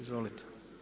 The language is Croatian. Izvolite.